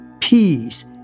peace